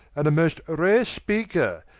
and a most rare speaker,